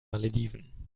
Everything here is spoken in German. malediven